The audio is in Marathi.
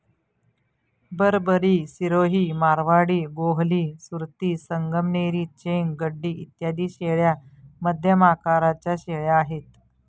बरबरी, सिरोही, मारवाडी, गोहली, सुरती, संगमनेरी, चेंग, गड्डी इत्यादी शेळ्या मध्यम आकाराच्या शेळ्या आहेत